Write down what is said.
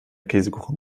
käsekuchen